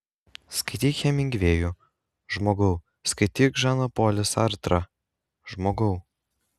skaityk hemingvėjų žmogau skaityk žaną polį sartrą žmogau